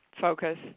focus